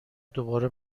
دوباره